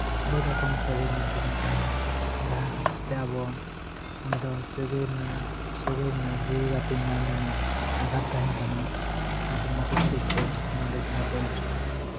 ᱟᱹᱰᱤ ᱨᱚᱠᱚᱢ ᱥᱟᱹᱜᱟᱹᱭ ᱢᱮᱱᱛᱮ ᱵᱚᱱ ᱛᱟᱦᱮᱱᱟ ᱡᱟᱦᱟᱸ ᱠᱷᱟᱹᱛᱤᱨ ᱛᱮ ᱟᱵᱚ ᱱᱚᱰᱮ ᱫᱚ ᱥᱟᱹᱜᱟᱹᱭ ᱨᱮᱱᱟᱜ ᱡᱤᱣᱤ ᱜᱟᱛᱮ ᱧᱟᱢ ᱨᱮᱱᱟᱜ ᱟᱱᱟᱴ ᱛᱟᱦᱮᱱ ᱠᱟᱱᱟ ᱢᱤᱫᱴᱟᱝ ᱟᱛᱳ ᱠᱷᱟᱹᱛᱤᱨ ᱛᱮ ᱡᱟᱦᱟᱸ ᱫᱚ